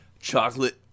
chocolate